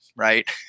Right